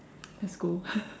let's go